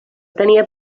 tenia